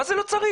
מה זה לא צריך?